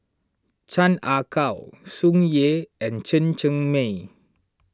Chan Ah Kow Tsung Yeh and Chen Cheng Mei